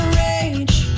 rage